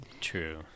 True